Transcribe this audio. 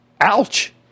Ouch